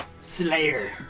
Slayer